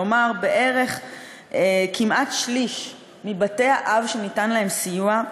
כלומר כמעט שליש מבתי-האב שניתן להם סיוע,